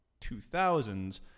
2000s